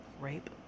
rape